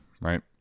right